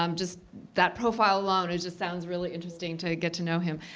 um just that profile alone it just sounds really interesting to get to know him.